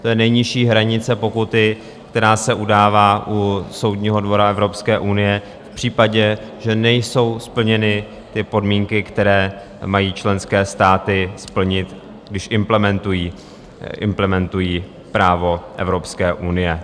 To je nejnižší hranice pokuty, která se udává u Soudního dvora Evropské unie v případě, že nejsou splněny podmínky, které mají členské státy splnit, když implementují právo Evropské unie.